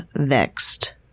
vexed